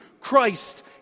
Christ